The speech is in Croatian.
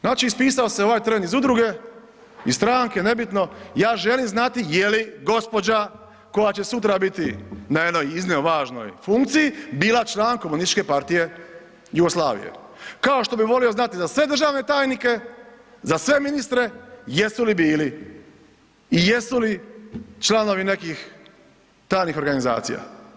Znači ispisao se ovaj tren iz udruge iz stranke, nebitno, ja želim znati jeli gospođa koja će sutra biti na jednoj iznimno važnoj funkciji bila član KPJ-u kao što bi volio znati za sve državne tajnike, za sve ministre jesu li bili i jesu li članovi nekih tajnih organizacija?